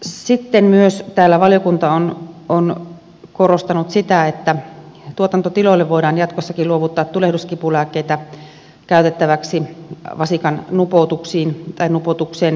sitten myös täällä valiokunta on korostanut sitä että tuotantotiloille voidaan jatkossakin luovuttaa tulehduskipulääkkeitä käytettäväksi vasikan nupoutuksiin tai nupoutuksen jälkeen